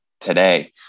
today